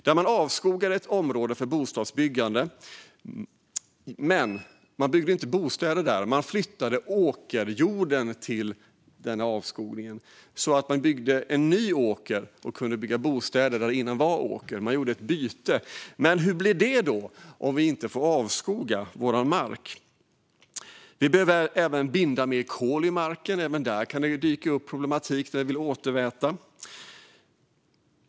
Där avskogade man ett område för bostadsbyggande, men man byggde inte bostäder där, utan man flyttade åkerjorden till den avskogade marken och byggde en ny åker där och kunde bygga bostäder där det tidigare var åker. Man gjorde ett byte. Men hur blir det då om vi inte får avskoga vår mark? Vi behöver även binda mer kol i marken, och även där kan det dyka upp problem när vi vill återväta.